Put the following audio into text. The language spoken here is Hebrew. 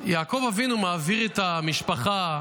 יעקב אבינו מעביר את המשפחה,